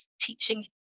teaching